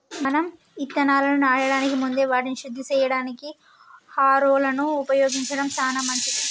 మనం ఇత్తనాలను నాటడానికి ముందే వాటిని శుద్ది సేయడానికి హారొలను ఉపయోగించడం సాన మంచిది